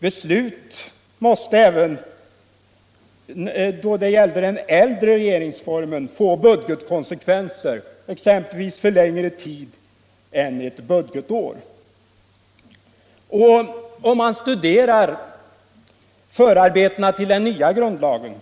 Beslut fick även under den äldre regeringsformens tid budgetkonsekvenser, också för länge tid än för ett budgetår. Den som studerar förarbetena till den nya grundlagen,